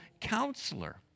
counselor